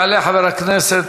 יעלה חבר הכנסת